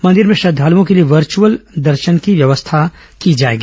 मंदिर में श्रद्धालओं के लिए वर्चअल दर्शन की व्यवस्था की जाएगी